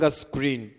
screen